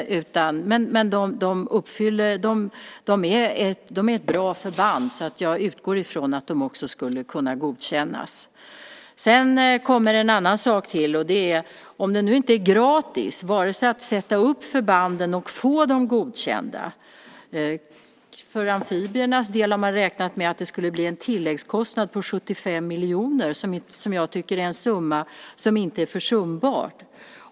Det är ett bra förband så jag utgår ifrån att det skulle kunna godkännas. Det är inte gratis vare sig att sätta upp förbanden eller att få dem godkända. För amfibiernas del har man räknat med en tilläggskostnad på 75 miljoner. Det tycker jag är en summa som inte är försumbar.